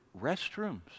restrooms